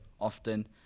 often